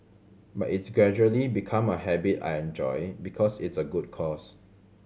but it's gradually become a habit I enjoy because it's a good cause